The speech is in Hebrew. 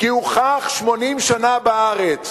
כי הוכח 80 שנה בארץ